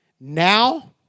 Now